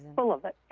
full of it.